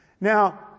Now